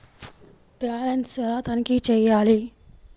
Balance ఎలా తనిఖీ చేయాలి?